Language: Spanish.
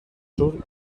sur